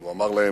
והוא אמר להם: